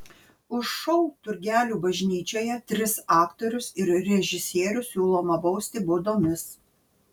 už šou turgelių bažnyčioje tris aktorius ir režisierių siūloma bausti baudomis